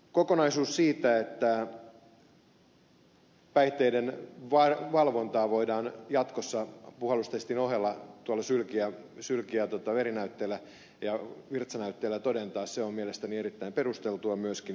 kokonaisuus siitä että päihteiden valvontaa voidaan jatkossa puhallustestin ohella sylki veri ja virtsanäytteillä todentaa on mielestäni erittäin perusteltua myöskin